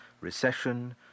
Recession